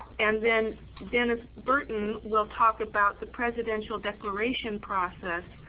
and then dennis burton will talk about the presidential declaration process,